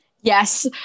Yes